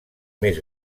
més